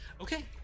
okay